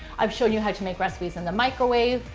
i've shown you how to make recipes in the microwave,